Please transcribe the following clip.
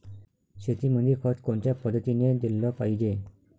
शेतीमंदी खत कोनच्या पद्धतीने देलं पाहिजे?